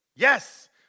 Yes